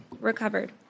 Recovered